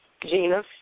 Gina